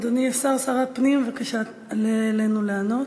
אדוני השר, שר הפנים, בבקשה עלה אלינו לענות.